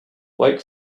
wake